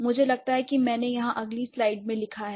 मुझे लगता है कि मैंने यहाँ अगली स्लाइड में लिखा है